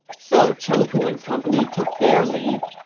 so cheng pu and company took their leave.